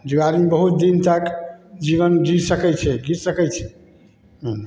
जे गाड़ी बहुत दिन तक जीवन जी सकै छै घीच सकै छै हूँ